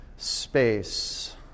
Space